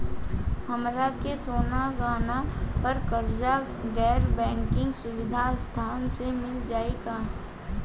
हमरा के सोना गहना पर कर्जा गैर बैंकिंग सुविधा संस्था से मिल जाई का?